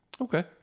Okay